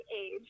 age